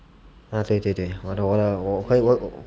啊对对对我的我的我我